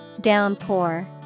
Downpour